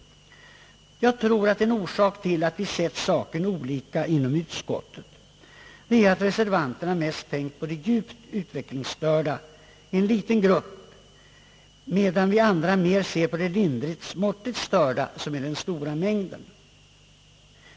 Jag tror att en orsak till att vi sett saken olika inom utskottet är, att reservanterna mest tänkt på de djupt utvecklingsstörda — en liten grupp — medan vi andra sett mer på de mått ligt —lindrigt störda, som är den stora gruppen.